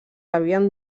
havien